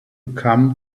come